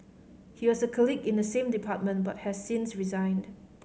he was a colleague in the same department but has since resigned